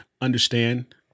understand